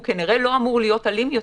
הוא כנראה לא אמור להיות אלים יותר,